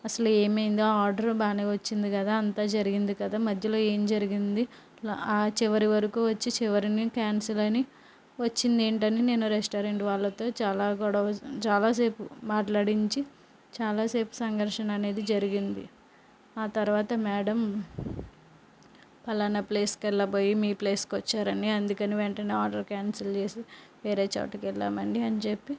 అసలు ఏమైంది ఆర్డర్ బాగానే వచ్చింది కదా అంత జరిగింది కదా మధ్యలో ఏం జరిగింది ఆ చివరి వరకు వచ్చి చివరిని క్యాన్సిల్ అని వచ్చింది ఏంటని నేను రెస్టారెంట్ వాళ్ళతో చాలా గొడవ చాలాసేపు మాట్లాడించి చాలా సేపు సంఘర్షణ అనేది జరిగింది ఆ తర్వాత మేడం ఫలానా ప్లేస్కి వెళ్ళిపోయి మీ ప్లేస్కి వచ్చారని అందుకని వెంటనే ఆర్డర్ క్యాన్సిల్ చేసి వేరే చోటుకి వెళ్ళాము అని చెప్పి